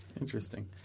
Interesting